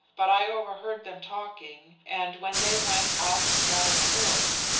but i overheard them talking and when they went out to saddle the horse,